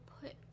put